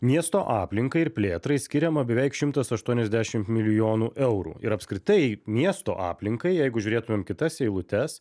miesto aplinkai ir plėtrai skiriama beveik šimtas aštuoniasdešimt milijonų eurų ir apskritai miesto aplinkai jeigu žiūrėtumėm kitas eilutes